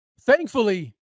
Thankfully